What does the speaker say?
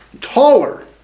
taller